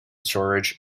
storage